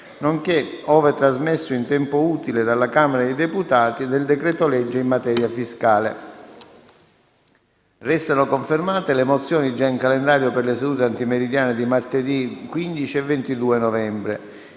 nonché - ove trasmesso in tempo utile dalla Camera dei deputati - del decreto-legge in materia fiscale. Restano confermate le mozioni già in calendario per le sedute di martedì 15 e 22 novembre.